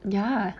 ya